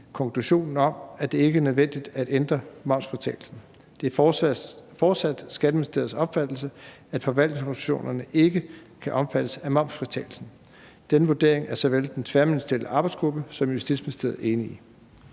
konklusionen om, at det ikke er nødvendigt at ændre momsfritagelsen. Det er fortsat Skatteministeriets opfattelse, at forvaltningsorganisationerne ikke kan omfattes af momsfritagelsen. Den vurdering er såvel den tværministerielle arbejdsgruppe som Justitsministeriet enig i.